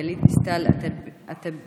גלית דיסטל אטבריאן,